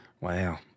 Wow